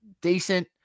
decent